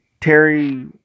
Terry